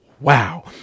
wow